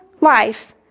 life